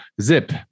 Zip